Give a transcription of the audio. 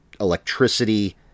electricity